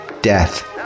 death